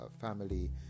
family